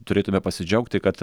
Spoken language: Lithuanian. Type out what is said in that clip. turėtume pasidžiaugti kad